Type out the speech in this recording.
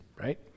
Right